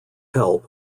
help